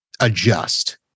adjust